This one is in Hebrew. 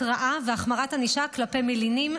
הרתעה והחמרת ענישה כלפי מלינים,